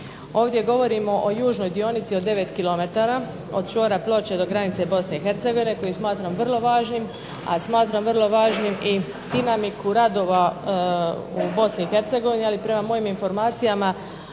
Ovdje govorimo o južnoj dionici od 9 km od čvora Ploče do granice Bosne i Hercegovine koju smatram vrlo važnim, a smatram vrlo važnim i dinamiku radova u Bosni i Hercegovini. Ali prema mojim informacijama